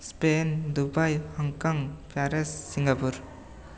Spain Dubai Hong Kong Paris Singapore